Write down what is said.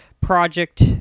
project